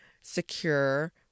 secure